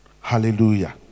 Hallelujah